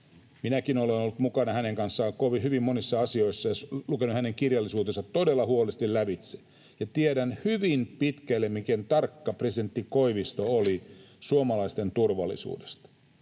Minäkin olen ollut mukana hänen kanssaan hyvin monissa asioissa, lukenut hänen kirjallisuutensa todella huolellisesti lävitse, ja tiedän hyvin pitkälle, miten tarkka presidentti Koivisto oli suomalaisten turvallisuudesta.